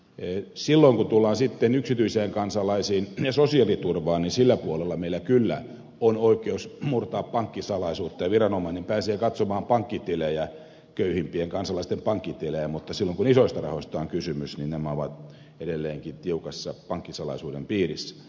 ei silloin voi tulla sitten yksityisiin kansalaisiin ja sosiaaliturvani sillä puolella meillä kyllä on oikeus murtaa pankkisalaisuuttaeviranomainen pääsee katsomaan pankkitilejä köyhimpien kansalaisten pankkitilejä mutta se oli loisto osto on kysymys ja nämä ovat edelleenkin tiukassa pankkisalaisuuden piirissä